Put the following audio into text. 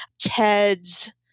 Ted's